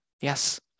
yes